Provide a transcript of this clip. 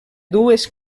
dues